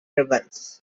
ribbons